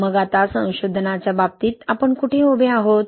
मग आता संशोधनाच्या बाबतीत आपण कुठे उभे आहोत